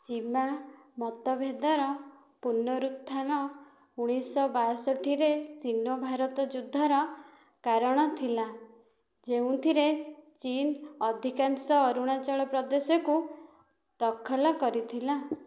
ସୀମା ମତଭେଦର ପୁନରୁତ୍ଥାନ ଉଣେଇଶହ ବାଷଠିରେ ସିନୋ ଭାରତ ଯୁଦ୍ଧର କାରଣ ଥିଲା ଯେଉଁଥିରେ ଚୀନ୍ ଅଧିକାଂଶ ଅରୁଣାଚଳ ପ୍ରଦେଶକୁ ଦଖଲ କରିଥିଲା